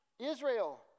Israel